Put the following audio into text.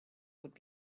would